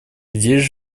здесь